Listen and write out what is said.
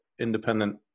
independent